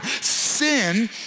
Sin